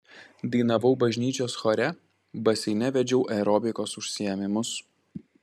dainavau bažnyčios chore baseine vedžiau aerobikos užsiėmimus